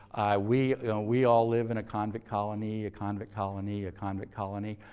we we all live in a convict colony, a convict colony, a convict colony.